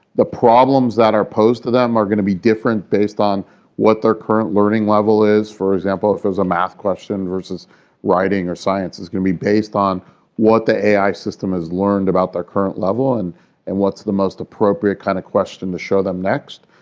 the problems that are posed to them are going to be different based on what their current learning level is. for example, if there's a math question versus writing or science is going to be based on what the ai system has learned about their current level and and what's the most appropriate kind of question to show them next.